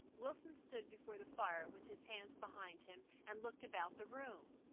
wilson stood before the fire with his hands behind him and looked about the room.